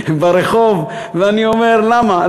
ברחוב, ואני אומר, למה?